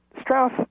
Strauss